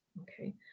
Okay